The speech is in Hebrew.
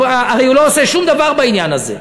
הרי הוא לא עושה שום דבר בעניין הזה.